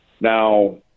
now